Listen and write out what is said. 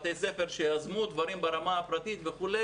בתי ספר שיזמו דברים ברמה הפרטית וכו',